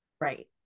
right